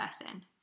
person